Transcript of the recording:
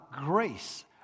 grace